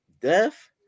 death